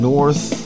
North